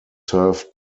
served